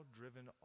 driven